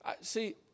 See